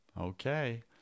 Okay